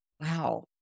Wow